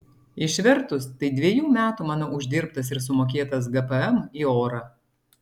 išvertus tai dviejų metų mano uždirbtas ir sumokėtas gpm į orą